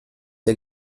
der